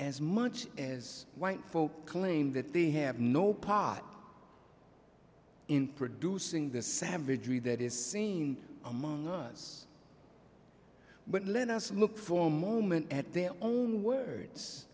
as much as white folk claim that they have no pot in producing the savagery that is seen among us but let us look for a moment at their own words